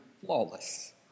flawless